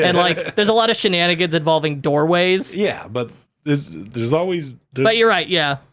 and like, there's a lotta shenanigans involving doorways. yeah, but there's there's always but, you're right, yeah.